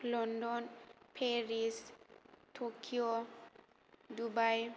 London Paris Tokyo Dubai